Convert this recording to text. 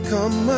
Come